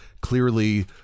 clearly